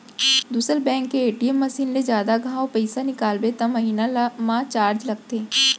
दूसर बेंक के ATM machine ले जादा घांव पइसा निकालबे त महिना म चारज लगथे